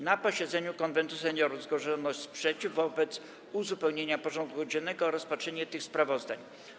Na posiedzeniu Konwentu Seniorów zgłoszono sprzeciw wobec uzupełnienia porządku dziennego o rozpatrzenie tych sprawozdań.